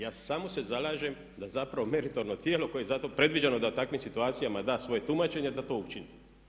Ja samo se zalažem da zapravo meritorno tijelo koje je za to predviđeno da u takvim situacijama da svoje tumačenje da to učini.